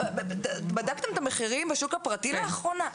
בדקתם את המחירים בשוק הפרטי לאחרונה,